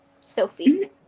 sophie